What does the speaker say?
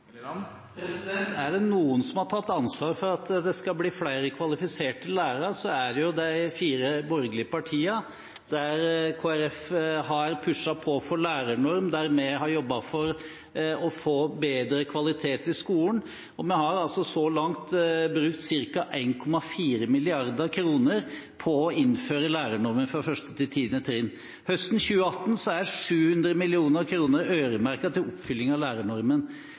Er det noen som har tatt ansvar for at det skal bli flere kvalifiserte lærere, er det de fire borgerlige partiene – der Kristelig Folkeparti har pushet på for lærernorm, og der vi har jobbet for å få bedre kvalitet i skolen. Vi har så langt brukt ca. 1,4 mrd. kr på å innføre lærernormen fra 1. til 10. trinn. Høsten 2018 er 700 mill. kr øremerket til oppfylling av lærernormen.